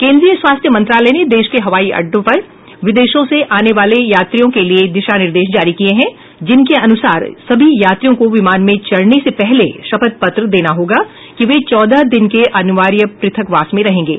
केंद्रीय स्वास्थ्य मंत्रालय ने देश के हवाई अड्डे पर विदेशों से आने वाले यात्रियों के लिए दिशानिर्देश जारी किए हैं जिनके अनुसार सभी यात्रियों को विमान में चढ़ने से पहले शपथ पत्र देना होगा कि वे चौदह दिन के अनिवार्य प्रथकवास में रहेंगे